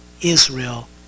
Israel